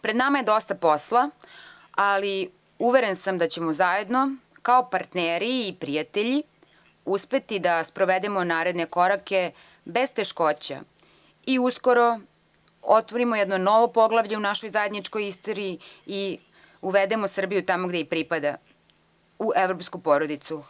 Pred nama je dosta posla, ali uveren sam da ćemo zajedno kao partneri i prijatelji uspeti da sprovedemo naredne korake bez teškoća i uskoro otvorimo jedno novo poglavlje u našoj zajedničkoj istoriji i uvedemo Srbiju tamo gde pripada, u evropsku porodicu.